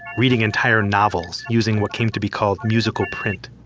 reading entire novels using what came to be called musical print